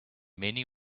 many